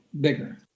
bigger